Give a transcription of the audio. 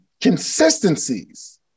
consistencies